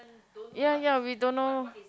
ya ya we don't know